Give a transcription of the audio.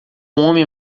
homem